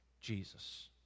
Jesus